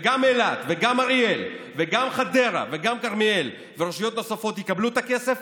וגם אילת וגם אריאל וגם חדרה וגם כרמיאל ורשויות נוספות יקבלו את הכסף.